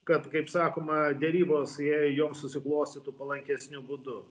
kad kaip sakoma derybos jei joms susiklostytų palankesniu būdu